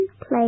play